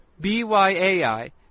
B-Y-A-I